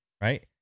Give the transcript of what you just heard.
right